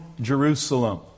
Jerusalem